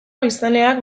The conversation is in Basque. biztanleak